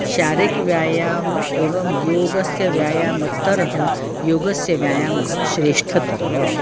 शारिकव्यायामः एवं योगस्य व्यायामत्तरः योगस्य व्यायामः श्रेष्ठतरः